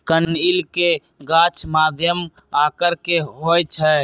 कनइल के गाछ मध्यम आकर के होइ छइ